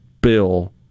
bill